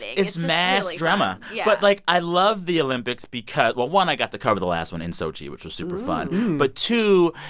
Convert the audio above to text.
it's mass drama yeah but, like, i love the olympics because well, one, i got to cover the last one in sochi, which was super fun. but two,